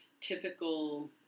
typical